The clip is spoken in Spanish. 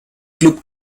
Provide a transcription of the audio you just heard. club